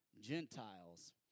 Gentiles